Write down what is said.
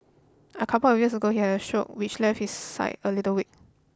a couple of years ago he had a stroke which left his side a little weak